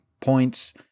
points